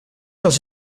dans